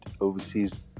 overseas